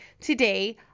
Today